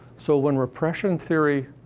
so when repression theory